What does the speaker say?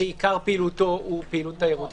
שעיקר פעילותו היא פעילות תיירותית,